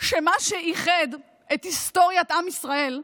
שמה שאיחד את היסטוריית עם ישראל,